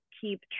keep